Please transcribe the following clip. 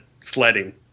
sledding